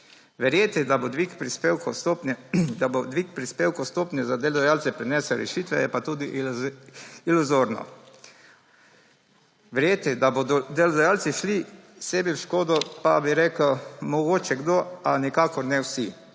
Verjeti, da bo dvig prispevne stopnje za delodajalce prinesel rešitve, je pa tudi iluzorno. Verjeti, da bodo delodajalci šli sebi v škodo, pa bi rekel, da mogoče kdo, a nikakor ne vsi.